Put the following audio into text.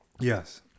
yes